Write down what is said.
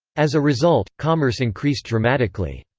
as a result, commerce increased dramatically.